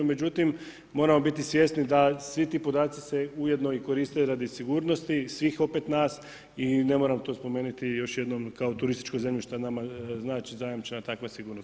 Međutim moramo biti svjesni da svi ti podaci se ujedno koriste radi sigurnosti svih opet nas i ne moram to spomenuti još jednom kao turističkoj zemlji nama znači zajamčena takva sigurnost.